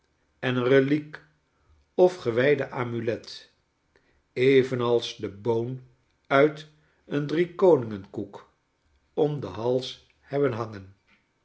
en een reliek of gewijde amulet evenals de boon uit een driekoningenkoek om den hals hebben hangen